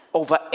over